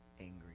angry